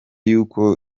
yuko